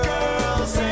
Girls